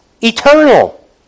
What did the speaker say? eternal